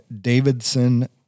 Davidson